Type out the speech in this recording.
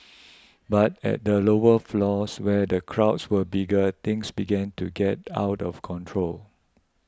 but at the lower floors where the crowds were bigger things began to get out of control